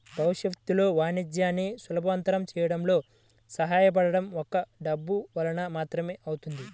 భవిష్యత్తులో వాణిజ్యాన్ని సులభతరం చేయడంలో సహాయపడటం ఒక్క డబ్బు వలన మాత్రమే అవుతుంది